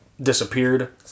disappeared